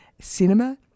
Cinema